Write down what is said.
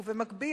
ובמקביל,